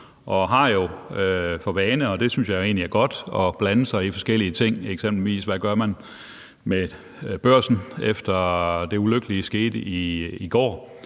og har jo for vane – og det synes jeg egentlig er godt – at blande sig i forskellige ting, eksempelvis, hvad man gør med et Børsen, efter at det ulykkelige skete i går.